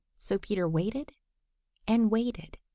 so peter waited and waited.